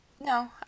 No